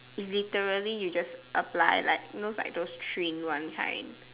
literally you just apply like know those three in one kind